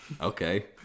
okay